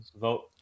vote